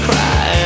Cry